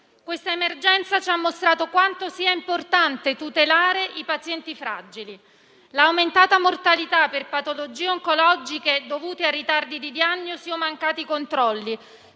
Questa emergenza ci ha mostrato quanto sia importante tutelare i pazienti fragili. L'aumentata mortalità per patologie oncologiche dovute a ritardi di diagnosi o mancati controlli,